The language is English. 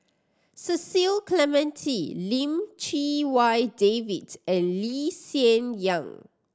Cecil Clementi Lim Chee Wai David and Lee Hsien Yang